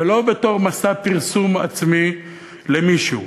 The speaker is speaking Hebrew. ולא בתור מסע פרסום עצמי למישהו.